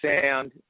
sound